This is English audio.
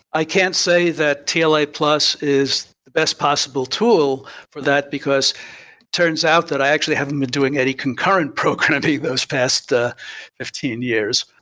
i can't say that tla plus is the best possible tool for that, because it turns out that i actually haven't been doing any concurrent programming in those past ah fifteen years.